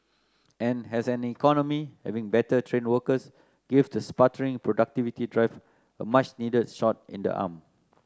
and as an economy having better trained workers gives the sputtering productivity drives a much needed shot in the arm